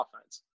offense